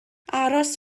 aros